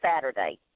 Saturday